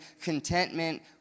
contentment